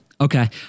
Okay